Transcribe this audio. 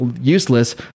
useless